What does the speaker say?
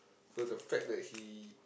so the fact that he